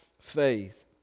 faith